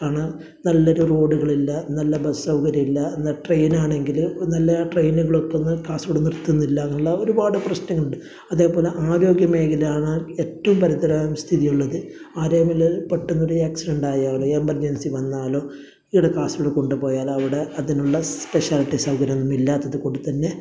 കാരണം നല്ലൊരു റോഡുകളില്ല നല്ല ബസ്സ് സൗകര്യമില്ല എന്നാൽ ട്രെയിനാണെങ്കില് ഒരു നല്ല ട്രെയിനുകളൊട്ട് ഒന്ന് കാസർഗോഡ് നിർത്തുന്നില്ലാന്നുള്ള ഒരുപാട് പ്രശനങ്ങളുണ്ട് അതേപോലെ ആരോഗ്യമേഖലയാണ് ഏറ്റവും പരിതാപ സ്ഥിതിയു ള്ളത് ആരെങ്കിലും പെട്ടന്ന് ഒര് ആക്സിഡന്റായാല് എമർജൻസി വന്നാലോ ഇവിടെ കാസർഗോഡ് കൊണ്ടുപോയാലവിടെ അതിനുള്ള സ്പെഷ്യാലിറ്റി സൗകര്യം ഒന്നും ഇല്ലാത്തത് കൊണ്ടുതന്നെ